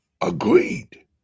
agreed